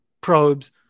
probes